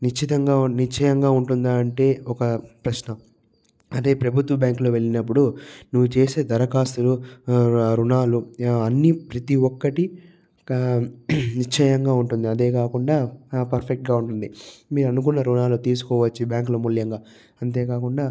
నిశ్చితంగా నిశ్చయంగా ఉంటుందంటే ఒక ప్రశ్న అదే ప్రభుత్వ బ్యాంకులో వెళ్ళినప్పుడు నువ్వు చేసే దరఖాస్తులు ఋణాలు అన్ని ప్రతి ఒక్కటి నిశ్చయంగా ఉంటుంది అదే కాకుండా పర్ఫెక్ట్గా ఉంటుంది మీరు అనుకున్న ఋణాలు తీసుకోవచ్చు ఈ బ్యాంకుల మూల్యంగా అంతేకాకుండా